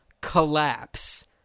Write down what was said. collapse